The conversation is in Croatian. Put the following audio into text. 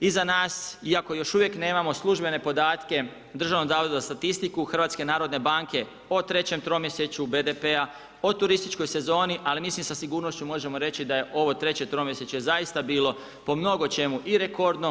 I za nas, iako nemao službene podatke, Državnoga zavoda za statistiku, HNB, o trećem tromjesečju BDP-a, o turističkoj sezoni, ali mi sa sigurnošću možemo reći, da je ovo treće tromjesečje zaista bilo, po mnogo čemu i rekordno.